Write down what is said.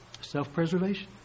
Self-preservation